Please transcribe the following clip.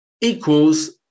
equals